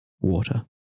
water